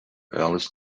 ellis